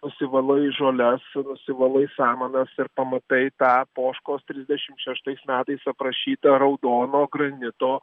nusivalai žoles nusivalai samanas ir pamatai tą poškos trisdešimt šeštais metais aprašytą raudono granito